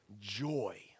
joy